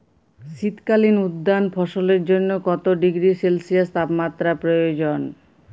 শীত কালীন উদ্যান ফসলের জন্য কত ডিগ্রী সেলসিয়াস তাপমাত্রা প্রয়োজন?